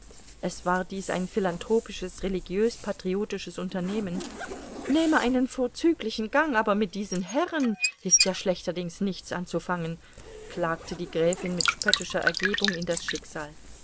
es war dies ein philanthropisches religiös patriotisches unternehmen nähme einen vorzüglichen gang aber mit diesen herren ist ja schlechterdings nichts anzufangen klagte die gräfin mit spöttischer ergebung in das schicksal